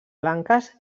blanques